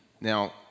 now